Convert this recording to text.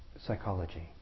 psychology